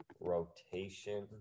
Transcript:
rotation